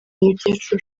umukecuru